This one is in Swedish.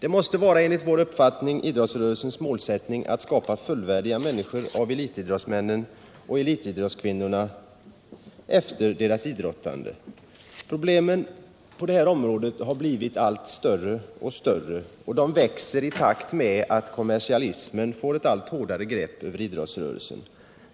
Enligt vår uppfattning måste det vara idrottsrörelsens målsättning att skapa fullvärdiga människor av elitidrottsmännen och elitidrottskvinnorna. Problemen på det här området har blivit allt större, och de växer i takt med att kommersialismens grepp om idrottsrörelsen ökar.